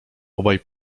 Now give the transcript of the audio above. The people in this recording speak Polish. obaj